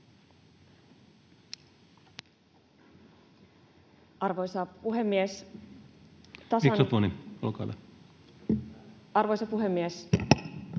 Arvoisa puhemies!